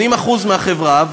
80% מהחברה,